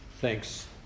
Thanks